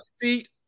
seat